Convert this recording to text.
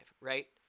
right